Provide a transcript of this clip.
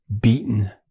beaten